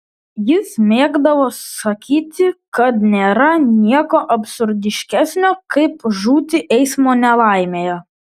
jis mėgdavo sakyti kad nėra nieko absurdiškesnio kaip žūti eismo nelaimėje